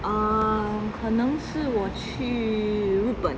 可能